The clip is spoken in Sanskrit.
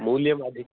मूल्यम् अधिकम्